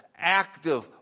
active